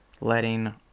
letting